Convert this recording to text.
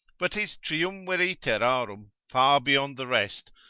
but his triumviri terrarum far beyond the rest,